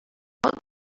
what